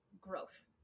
growth